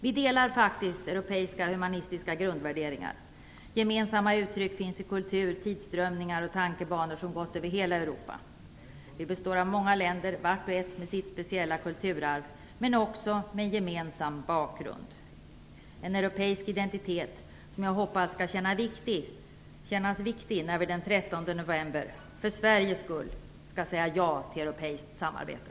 Vi delar faktiskt europeiska humanistiska grundvärderingar. Gemensamma uttryck finns i kultur, tidsströmningar och tankebanor över hela Europa. Vi består av många länder, vart och ett med sitt speciella kulturarv men också med en gemensam bakgrund - en europeisk identitet som jag hoppas skall kännas viktig när vi den 13 november för Sveriges skull skall säga ja till europeiskt samarbete.